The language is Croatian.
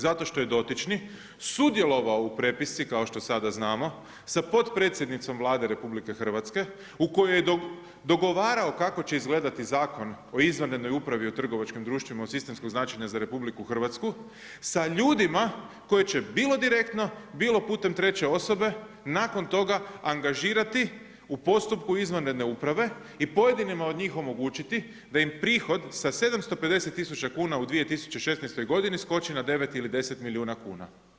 Zato što je dotični sudjelovao u prepisci kao što sada znamo sa potpredsjednicom Vlade RH u kojoj je dogovarao kako će izgledati Zakon o izvanrednoj upravi u trgovačkim društvima od sistemskog značenja za RH sa ljudima koji će bilo direktno, bilo putem treće osobe nakon toga angažirati u postupku izvanredne uprave i pojedinima od njih omogućiti da im prihod sa 750.000 kuna u 2016. godini skoči na 9 ili 10 milijuna kuna.